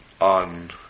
on